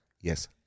Yes